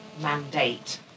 mandate